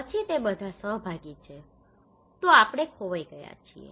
પછી તે બધા સહભાગી છે તો આપણે ખોવાઈ ગયા છીએ